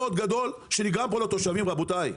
מאוד גדול שנגרם פה לתושבים רבותי,